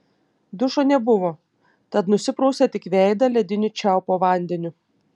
dušo nebuvo tad nusiprausė tik veidą lediniu čiaupo vandeniu